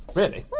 really?